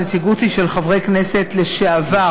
הנציגות היא של חברי כנסת לשעבר,